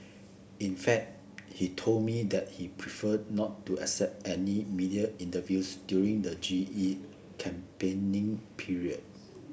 in fact he told me that he preferred not to accept any media interviews during the G E campaigning period